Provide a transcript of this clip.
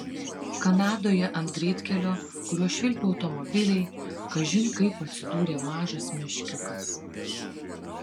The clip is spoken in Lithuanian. kanadoje ant greitkelio kuriuo švilpė automobiliai kažin kaip atsidūrė mažas meškiukas